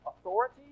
authority